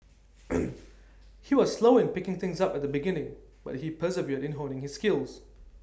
he was slow in picking things up at the beginning but he persevered in honing his skills